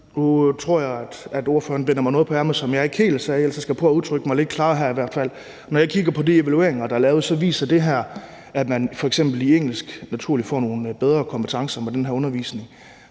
binder mig noget på ærmet, som jeg ikke helt sagde, så jeg skal prøve at udtrykke mig lidt klarere her. Når jeg kigger på de evalueringer, der er lavet, så viser det, at man f.eks. i engelsk naturligt får nogle bedre kompetencer med den her undervisning.